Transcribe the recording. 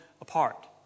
apart